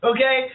Okay